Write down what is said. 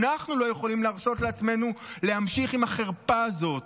אנחנו לא יכולים להרשות לעצמנו להמשיך עם החרפה הזאת,